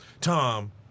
Tom